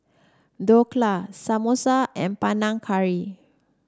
Dhokla Samosa and Panang Curry